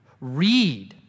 Read